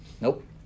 nope